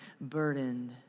burdened